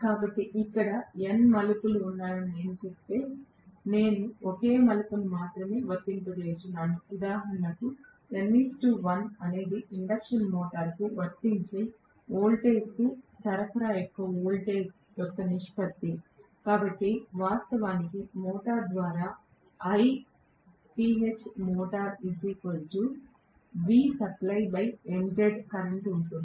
కాబట్టి ఇక్కడ n మలుపులు ఉన్నాయని నేను చెబితే నేను ఒకే మలుపు ను మాత్రమే వర్తింపజేస్తున్నాను ఉదాహరణకు n 1 అనేది ఇండక్షన్ మోటారుకు వర్తించే వోల్టేజ్కు సరఫరా యొక్క వోల్టేజ్ యొక్క నిష్పత్తి కాబట్టి వాస్తవానికి మోటారు ద్వారా కరెంట్ ఉంటుంది